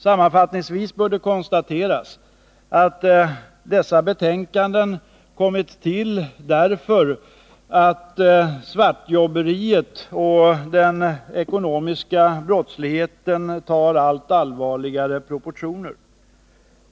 Sammanfattningsvis bör det konstateras att dessa betänkanden kommit till därför att svartjobberiet och den ekonomiska brottsligheten tar allt allvarligare proportioner.